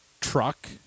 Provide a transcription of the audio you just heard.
truck